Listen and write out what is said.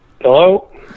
Hello